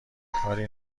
کاری